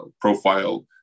profile